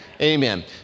Amen